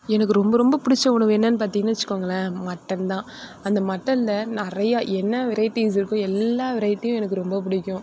எனக்கு ரொம்ப ரொம்ப பிடிச்ச உணவு என்னன்னு பார்த்திங்கனு வெச்சுக்கோங்களேன் மட்டன் தான் அந்த மட்டனில் நிறையா என்ன வெரைட்டீஸ் இருக்கோ எல்லா வெரைட்டியும் எனக்கு ரொம்ப பிடிக்கும்